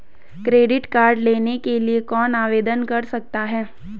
Credit card लेने के लिए कौन आवेदन कर सकता है?